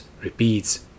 repeats